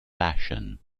fashion